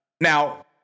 Now